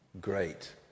great